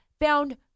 found